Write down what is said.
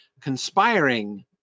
conspiring